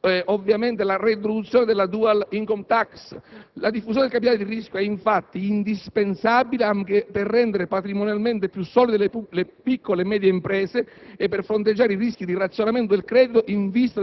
reintroduzione della *Dual Income Tax*. La diffusione del capitale di rischio è, infatti, indispensabile anche per rendere patrimonialmente più solide le piccole e medie imprese e per fronteggiare i rischi di razionamento del credito in vista